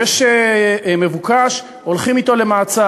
יש מבוקש, הולכים אתו למעצר.